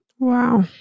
Wow